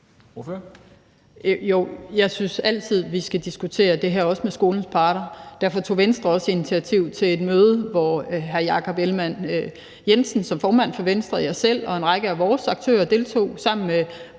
jeg synes altid, vi skal diskutere det her, også med skolernes parter, og derfor tog Venstre også initiativ til et møde, hvor hr. Jakob Ellemann-Jensen som formand for Venstre, jeg selv og en række af vores aktører deltog sammen med